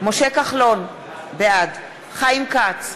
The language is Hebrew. משה כחלון, בעד חיים כץ,